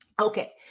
Okay